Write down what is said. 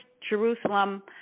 Jerusalem